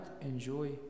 enjoy